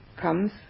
comes